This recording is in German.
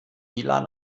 wlan